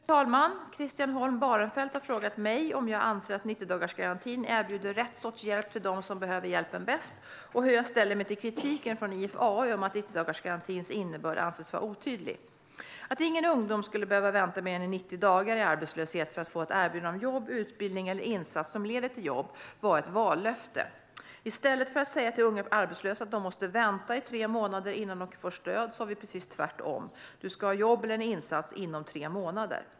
Fru talman! Christian Holm Barenfeld har frågat mig om jag anser att 90-dagarsgarantin erbjuder rätt sorts hjälp till dem som behöver hjälpen bäst och hur jag ställer mig till kritiken från IFAU om att 90-dagarsgarantins innebörd anses vara otydlig. Att ingen ung person skulle behöva vänta mer än 90 dagar i arbetslöshet för att få ett erbjudande om jobb, utbildning eller insats som leder till jobb var ett vallöfte. I stället för att säga till unga arbetslösa att de måste vänta i tre månader innan de får stöd sa vi precis tvärtom - man ska ha jobb eller en insats inom tre månader.